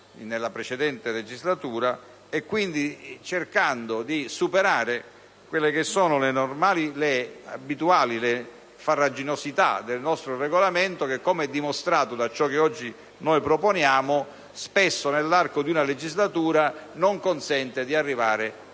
della precedente legislatura lo era - cercando di superare le abituali farraginosità del nostro Regolamento che, come è dimostrato da ciò che oggi proponiamo, spesso nell'arco di una legislatura non consente di concludere